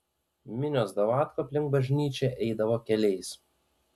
minios davatkų aplink bažnyčią eidavo keliais